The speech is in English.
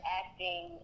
acting